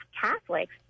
Catholics